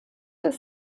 des